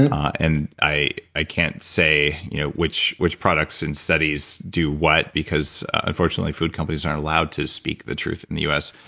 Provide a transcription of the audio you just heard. and and i i can't say you know which which products and studies do what, because unfortunately food companies aren't allowed to speak the truth in the us,